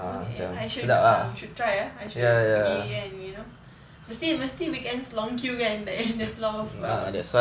I should I should try ah I should pergi and you know mesti mesti weekends long queue kan and there's a lot of um